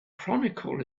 chronicle